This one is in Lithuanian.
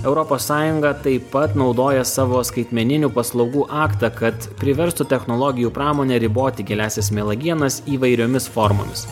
europos sąjunga taip pat naudoja savo skaitmeninių paslaugų aktą kad priverstų technologijų pramonę riboti giliąsias melagienas įvairiomis formomis